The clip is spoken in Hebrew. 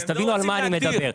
תבינו על מה אני מדבר.